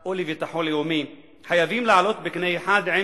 או לביטחון לאומי חייבים לעלות בקנה אחד עם